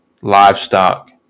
livestock